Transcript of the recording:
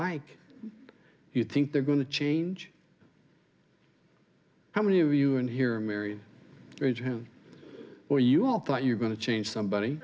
like you think they're going to change how many of you in here are married and have or you all thought you're going to change somebody